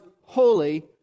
holy